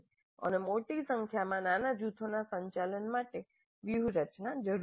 અને મોટી સંખ્યામાં નાના જૂથોના સંચાલન માટે વ્યૂહરચના જરૂરી છે